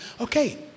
Okay